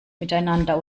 miteinander